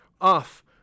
off